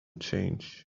change